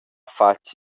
fatg